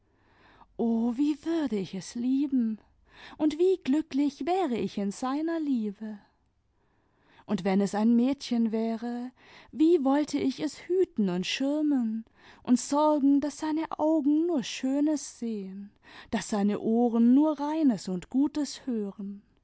o wie würde ich es lieben und wie glücklich wäre ich in seiner liebe i und wenn es ein mädchen wäre wie wollte ich es hüten und schirmen und sorgen daß seine augen nur schönes sehen daß seine ohren nur reines und gutes hören